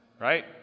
right